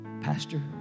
Pastor